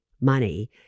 money